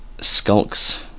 Skulks